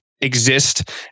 exist